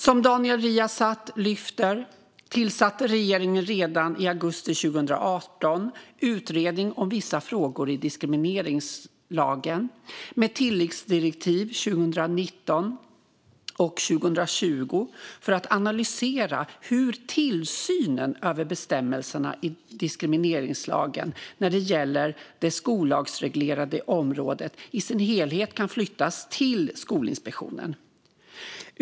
Som Daniel Riazat lyfter fram tillsatte regeringen redan i augusti 2018 Utredningen om vissa frågor i diskrimineringslagen, med tilläggsdirektiv 2019 och 2020, för att analysera hur tillsynen över bestämmelserna i diskrimineringslagen när det gäller det skollagsreglerade området i sin helhet kan flyttas till Skolinspektionen.